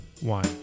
one